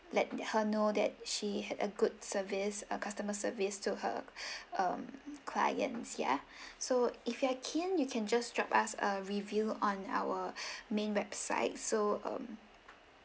let her know that she had a good service uh customer service to her um clients yeah so if you are keen you can just drop us a review on our main website so um